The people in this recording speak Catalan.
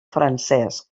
francesc